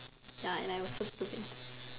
ya and I was so stupid